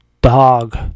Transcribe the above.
dog